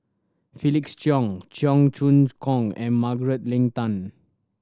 Felix Cheong Cheong Choong Kong and Margaret Leng Tan